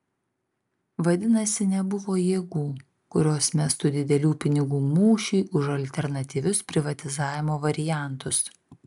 vadinasi nebuvo jėgų kurios mestų didelių pinigų mūšiui už alternatyvius privatizavimo variantus